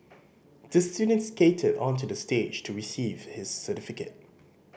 the student skated onto the stage to receive his certificate